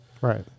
Right